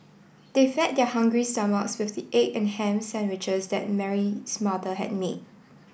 they fed their hungry stomachs with the egg and ham sandwiches that Mary's mother had made